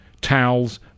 Towels